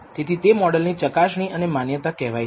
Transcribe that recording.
તેથી તેને મોડલની ચકાસણી અને માન્યતા કહેવાય છે